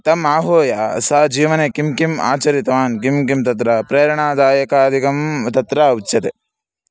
तम् आहूय सः जीवने किं किम् आचरितवान् किं किं तत्र प्रेरणादायकादिकं तत्र उच्यते